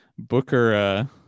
Booker